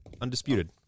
Undisputed